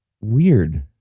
Weird